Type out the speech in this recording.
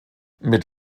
mit